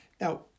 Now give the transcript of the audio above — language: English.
Now